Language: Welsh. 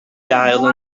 gael